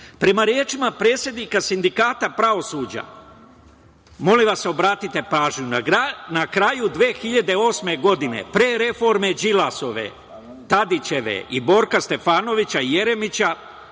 rečima predsednika sindikata pravosuđa, molim vas obratite pažnju, na kraju 2008. godine, pre Đilasove reforme, Tadićeve i Borka Stefanovića, Jeremića